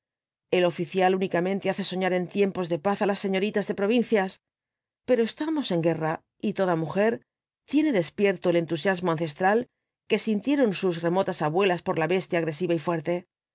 el oficial únicamente hace soñar en tiempos de paz á las señoritas de provincias pero estamos en guerra y toda mujer tiene despierto el entusiasmo ancestral que sintieron sus remotas abuelas por la bestia agresiva y fuerte